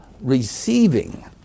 receiving